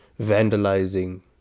vandalizing